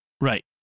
Right